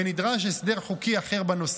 ונדרש הסדר חוקי אחר בנושא.